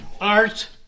art